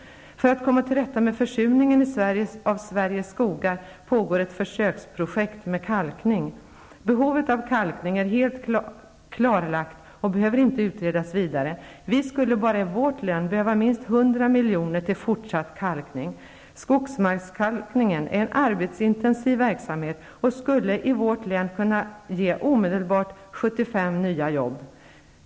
För att komma tillrätta med försurningen av Sveriges skogar pågår ett försöksprojekt med kalkning. Behovet av kalkning är helt klarlagt och behöver inte utredas vidare. Vi skulle bara i vårt län behöva minst 100 milj.kr. till fortsatt kalkning. Skogsmarkskalkning är en arbetsintensiv verksamhet och skulle i vårt län omedelbart kunna ge 75 nya jobb.